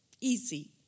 easy